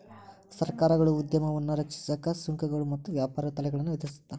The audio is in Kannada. ಸರ್ಕಾರಗಳು ಉದ್ಯಮವನ್ನ ರಕ್ಷಿಸಕ ಸುಂಕಗಳು ಮತ್ತ ವ್ಯಾಪಾರ ತಡೆಗಳನ್ನ ವಿಧಿಸುತ್ತ